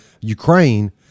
Ukraine